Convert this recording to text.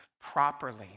properly